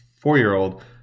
four-year-old